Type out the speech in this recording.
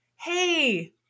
hey